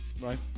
Right